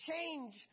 change